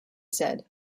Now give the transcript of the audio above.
said